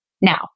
now